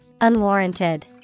Unwarranted